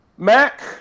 Mac